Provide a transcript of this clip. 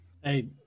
Hey